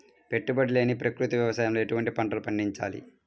పెట్టుబడి లేని ప్రకృతి వ్యవసాయంలో ఎటువంటి పంటలు పండించాలి?